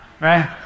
right